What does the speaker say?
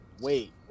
wait